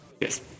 Yes